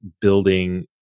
building